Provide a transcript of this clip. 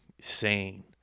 sane